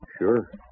Sure